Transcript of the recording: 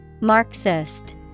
Marxist